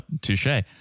touche